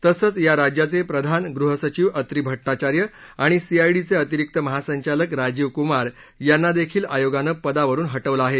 तसंच या राज्याचे प्रधान गृहसंघिव अत्री भट्टाचार्य आणि सीआयडी चे अतिरिक्त महासंचालक राजीव कुमार यांना देखील आयोगानं पदावरून हटवलं आहे